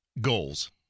Goals